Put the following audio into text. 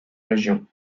région